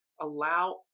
Allow